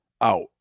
out